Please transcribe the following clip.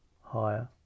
higher